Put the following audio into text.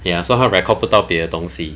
ya so 它 record 不到别的东西